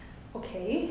okay